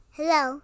Hello